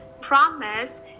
promise